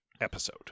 episode